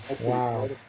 Wow